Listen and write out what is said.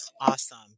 Awesome